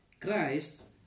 Christ